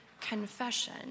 confession